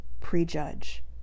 prejudge